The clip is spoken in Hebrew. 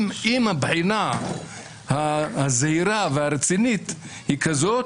אם הבחינה הזהירה והרצינית היא כזאת,